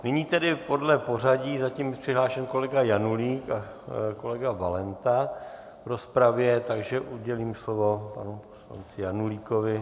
Nyní tedy podle pořadí je zatím přihlášený kolega Janulík a kolega Valenta v rozpravě, takže udělím slovo panu poslanci Janulíkovi.